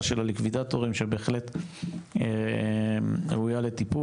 של הליקווידטורים שבהחלט ראויה לטיפול,